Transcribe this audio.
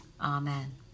Amen